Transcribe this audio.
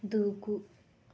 దూకు